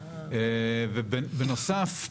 ובנוסף,